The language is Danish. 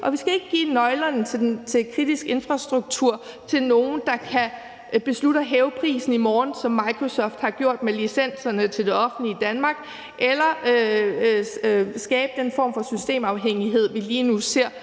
Vi skal ikke give nøglerne til kritisk infrastruktur til nogle, der kan beslutte at hæve prisen i morgen, sådan som Microsoft har gjort med licenserne til det offentlige Danmark, eller skabe den form for systemafhængighed, vi lige nu ser